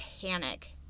panic